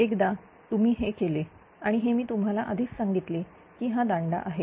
एकदा तुम्ही हे केले आणि हे मी तुम्हाला आधीच सांगितले की हा दांडा आहे